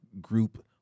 group